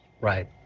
Right